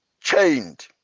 chained